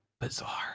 Bizarre